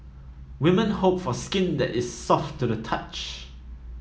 women hope for skin that is soft to the touch